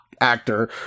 actor